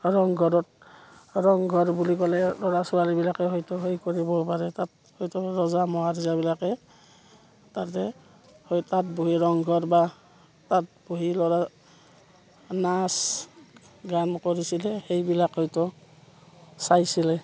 ৰংঘৰত ৰংঘৰ বুলি ক'লে ল'ৰা ছোৱালীবিলাকে হয়তো হেৰি কৰিবও পাৰে তাত হয়তো ৰজা মহাৰজাবিলাকে তাতে তাত বহি ৰংঘৰ বা তাত বহি ল'ৰা নাচ গান কৰিছিলে সেইবিলাক হয়তো চাইছিলে